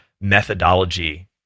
methodology